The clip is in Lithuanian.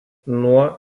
nuo